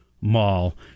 Mall